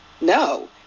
No